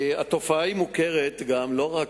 התופעה מוכרת גם לא רק,